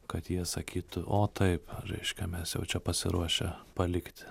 kad jie sakytų o taip reiškia mes jau čia pasiruošę palikti